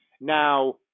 Now